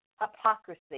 hypocrisy